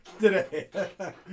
Today